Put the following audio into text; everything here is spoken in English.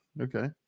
Okay